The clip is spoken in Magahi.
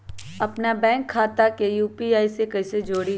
अपना बैंक खाता के यू.पी.आई से कईसे जोड़ी?